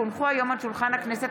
כי הונחו היום על שולחן הכנסת,